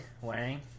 Wang